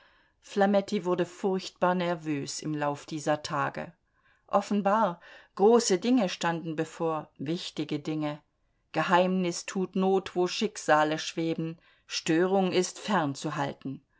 flametti wurde furchtbar nervös im lauf dieser tage offenbar große dinge standen bevor wichtige dinge geheimnis tut not wo schicksale schweben störung ist fernzuhalten